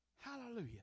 Hallelujah